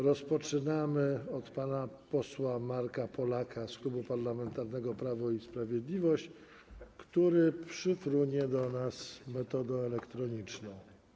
Rozpoczynamy od pana posła Marka Polaka z Klubu Parlamentarnego Prawo i Sprawiedliwość, który przyfrunie do nas metodą elektroniczną.